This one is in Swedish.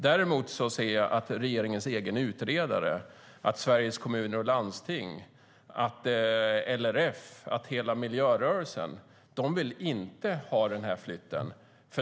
Däremot ser jag att regeringens egen utredare, Sveriges Kommuner och Landsting, LRF och hela miljörörelsen inte vill ha flytten.